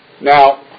Now